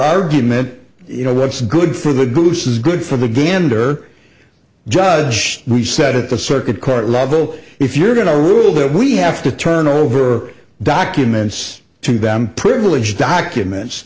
argument you know what's good for the goose is good for the gander judge we said at the circuit court level if you're going to rule that we have to turn over documents to back privileged documents